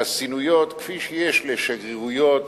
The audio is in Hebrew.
חסינויות כפי שיש לשגרירויות,